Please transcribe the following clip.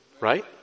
right